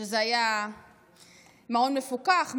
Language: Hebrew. זה היה מעון מפוקח,